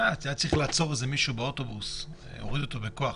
היה צריך לעצור איזה מישהו באוטובוס ולהוריד אותו בכוח.